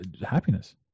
happiness